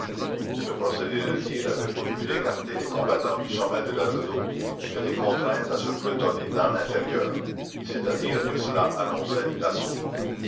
ce procédé de tir avait pour but d'écarter les combattants du sommet de la redoute et de les contraindre à se pelotonner dans l'intérieur c'est-à-dire que cela annonçait l'assaut